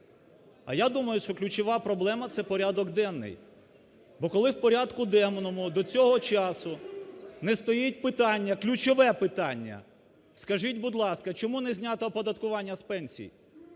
А я думаю, що ключова проблема – це порядок денний. Бо коли в порядку денному до цього часу не стоїть питання, ключове питання… Скажіть, будь ласка, чому не зняте оподаткування з пенсій,